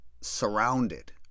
surrounded